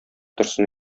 торсын